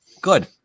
good